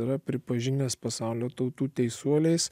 yra pripažinęs pasaulio tautų teisuoliais